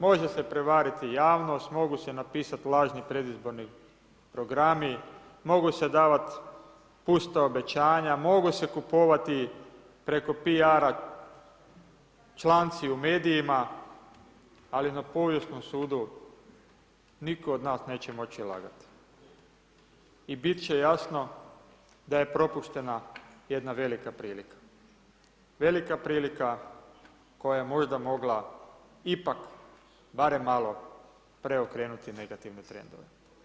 Može se prevariti javnost, mogu se napisati lažni predizborni programi, mogu se davati pusta obećanja, mogu se kupovati preko piara članci u medijima, ali na povijesnom sudu nitko od nas neće moći lagati i biti će jasno da je propuštena jedna velika prilika, velika prilika koja je možda mogla ipak barem malo preokrenuti negativni trend.